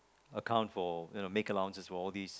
account for you know make allowances for all these